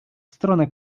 stronę